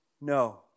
No